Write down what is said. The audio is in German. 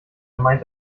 meint